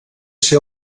ser